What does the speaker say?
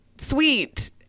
sweet